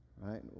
Right